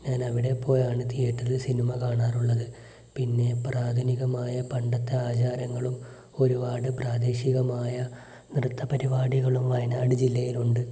ഞാൻ അവിടെ പോയാണ് തീയേറ്ററിൽ സിനിമ കാണാറുള്ളത് പിന്നെ പ്രാഥമികമായ പണ്ടത്തെ ആചാരങ്ങളും ഒരുപാട് പ്രാദേശികമായ നൃത്തപരിപാടികളും വയനാട് ജില്ലയിലുണ്ട്